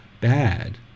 bad